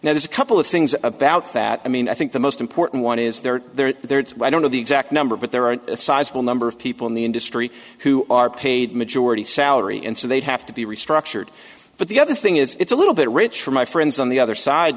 now there's a couple of things about that i mean i think the most important one is there there's i don't know the exact number but there are a sizable number of people in the industry who are paid majority salary and so they'd have to be restructured but the other thing is it's a little bit rich for my friends on the other side